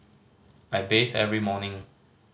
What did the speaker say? I bathe every morning